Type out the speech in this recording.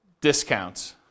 discounts